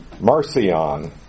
Marcion